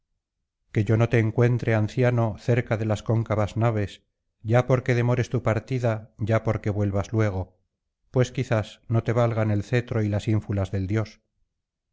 que yo no te encuentre anciano cerca de las cóncavas naves ya porque demores tu partida ya porque vuelvas luego pues quizás no te valgan el cetro y las ínfulas del dios